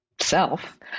self